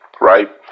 Right